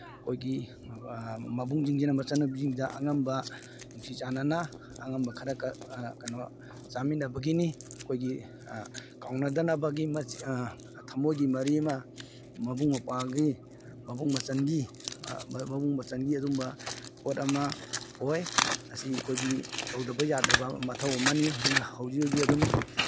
ꯑꯩꯈꯣꯏꯒꯤ ꯃꯕꯨꯡꯁꯤꯡꯁꯤꯅ ꯃꯆꯟꯅꯨꯄꯤꯁꯤꯡꯁꯤꯗ ꯑꯉꯝꯕ ꯅꯨꯡꯁꯤ ꯆꯥꯟꯅ ꯑꯉꯝꯕ ꯈꯔ ꯀꯩꯅꯣ ꯆꯥꯃꯤꯟꯅꯕꯒꯤꯅꯤ ꯑꯩꯈꯣꯏꯒꯤ ꯀꯥꯎꯅꯗꯅꯕꯒꯤ ꯊꯝꯃꯣꯏꯒꯤ ꯃꯔꯤ ꯑꯃ ꯃꯕꯨꯡ ꯃꯧꯄ꯭ꯋꯥꯒꯤ ꯃꯕꯨꯡ ꯃꯆꯟꯒꯤ ꯃꯕꯨꯡ ꯃꯆꯟꯒꯤ ꯑꯗꯨꯒꯨꯝꯕ ꯄꯣꯠ ꯑꯃ ꯑꯣꯏ ꯑꯁꯤ ꯑꯩꯈꯣꯏꯒꯤ ꯇꯧꯗꯕ ꯌꯥꯗ꯭ꯔꯕ ꯃꯊꯧ ꯑꯃꯅꯤ ꯍꯧꯖꯤꯛ ꯍꯧꯖꯤꯛ ꯑꯗꯨꯝ